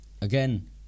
Again